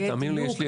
תאמינו לי,